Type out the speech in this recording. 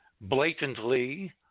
blatantly